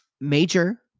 major